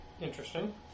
Interesting